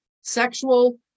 sexual